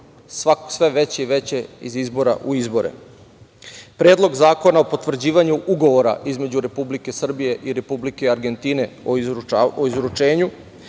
sve veće i veće iz izbora u izbore. Predlog zakona o potvrđivanju Ugovora između Republike Srbije i Republike Argentine o izručenju,